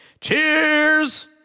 Cheers